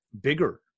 bigger